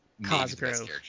Cosgrove